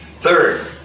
Third